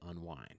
unwind